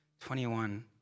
21